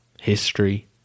history